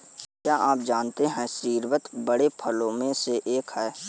क्या आप जानते है स्रीवत बड़े फूलों में से एक है